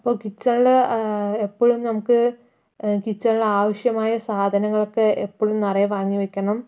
അപ്പോൾ കിച്ചണില് എപ്പോഴും നമുക്ക് കിച്ചണിലാവശ്യമായ സാധനങ്ങളൊക്കെ എപ്പോഴും നിറയെ വാങ്ങി വയ്ക്കണം